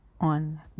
on